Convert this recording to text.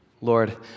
Lord